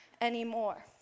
anymore